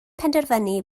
penderfynu